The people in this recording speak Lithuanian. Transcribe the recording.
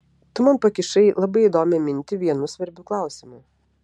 tu man pakišai labai įdomią mintį vienu svarbiu klausimu